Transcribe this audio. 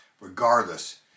Regardless